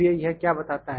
इसलिए यह क्या बताता है